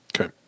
Okay